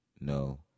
no